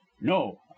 No